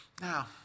Now